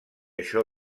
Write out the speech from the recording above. això